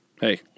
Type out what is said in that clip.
Hey